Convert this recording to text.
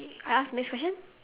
I ask the next question